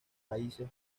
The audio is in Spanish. países